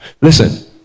Listen